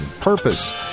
purpose